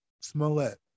Smollett